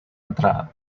entrada